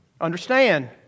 understand